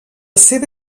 seva